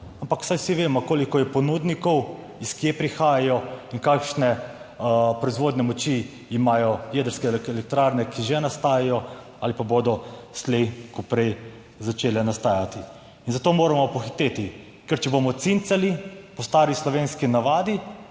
ampak saj vsi vemo, koliko je ponudnikov, iz kje prihajajo in kakšne proizvodne moči imajo jedrske elektrarne, ki že nastajajo ali pa bodo slej ko prej začele nastajati, in zato moramo pohiteti, ker če bomo cincali po stari slovenski navadi,